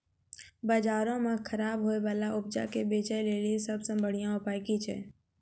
बजारो मे खराब होय बाला उपजा के बेचै लेली सभ से बढिया उपाय कि छै?